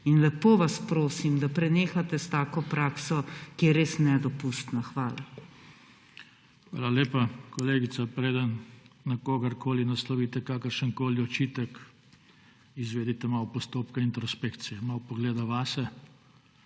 In lepo vas prosim, da prenehate s tako prakso, ki je res nedopustna. Hvala. PODPREDSEDNIK JOŽE TANKO: Hvala lepa. Kolegica, preden na kogarkoli naslovite kakršenkoli očitek, izvedite malo postopka introspekcije, malo pogleda vase,